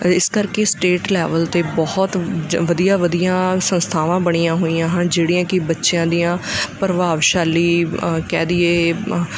ਇਸ ਕਰਕੇ state level 'ਤੇ ਬਹੁਤ ਵਧੀਆ ਵਧੀਆਂ ਸੰਸਥਾਵਾਂ ਬਣੀਆਂ ਹੋਈਆਂ ਹਨ ਜਿਹੜੀਆਂ ਕਿ ਬੱਚਿਆਂ ਦੀਆਂ ਪ੍ਰਭਾਵਸ਼ਾਲੀ ਕਹਿ ਦਈਏ